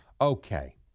Okay